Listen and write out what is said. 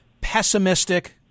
pessimistic